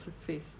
faith